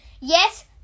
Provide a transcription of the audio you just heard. Yes